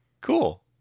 Cool